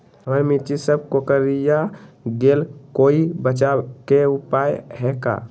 हमर मिर्ची सब कोकररिया गेल कोई बचाव के उपाय है का?